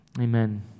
amen